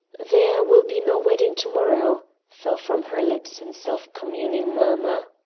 there will be no wedding to-morrow, fell from her lips in self-communing murmur.